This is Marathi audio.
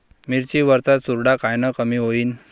मिरची वरचा चुरडा कायनं कमी होईन?